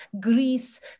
Greece